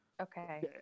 Okay